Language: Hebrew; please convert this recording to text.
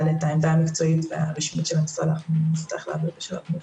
אבל את העמדה המקצועית והרשמית של המשרד נצטרך להביא בהמשך.